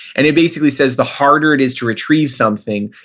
and it basically says the harder it is to retrieve something,